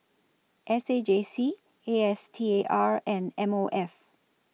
S A J C A S T A R and M O F